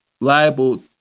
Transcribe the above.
liable